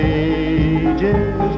ages